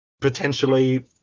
potentially